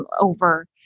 over